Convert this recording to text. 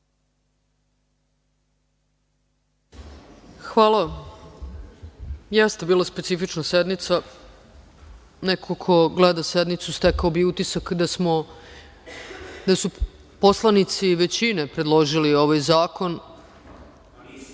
vam. Jeste bila specifična sednica, neko ko gleda sednicu stekao bi utisak da su poslanici većine predložili ovaj zakon,